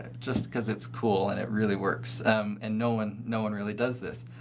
just because it's cool and it really works and no one no one really does this.